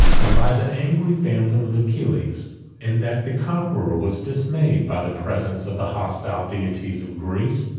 and by the angry phantom of achilles and that the conqueror was dismayed by the presence of the hostile deities of greece.